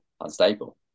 unstable